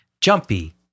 Jumpy